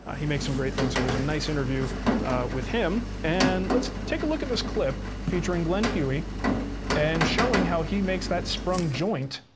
he makes some great things. so there's a nice interview with him. and let's take a look at this clip featuring glen huey and showing how he makes that sprung joint